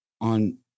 on